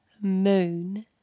moon